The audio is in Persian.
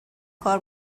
کار